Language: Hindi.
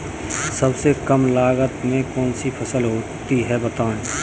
सबसे कम लागत में कौन सी फसल होती है बताएँ?